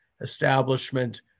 establishment